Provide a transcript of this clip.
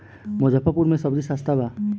मुजफ्फरपुर में सबजी सस्ता बा